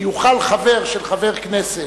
שיוכל חבר של חבר כנסת,